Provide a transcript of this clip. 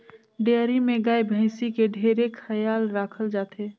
dairy में गाय, भइसी के ढेरे खयाल राखल जाथे